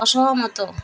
ଅସହମତ